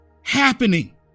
happening